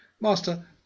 Master